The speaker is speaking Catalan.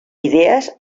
idees